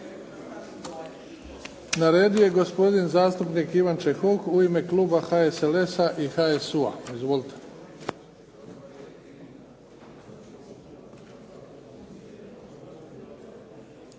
Na redu je gospodin zastupnik Ivan Čehok u ime kluba HSLS-a i HSU-a. Izvolite.